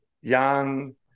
young